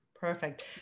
Perfect